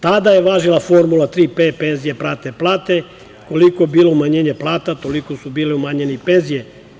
Tada je važila formula „Tri P“ (penzije prate plate), koliko je bilo umanjenje plata, toliko su bile umanjene i penzije.